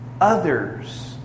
Others